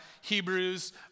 Hebrews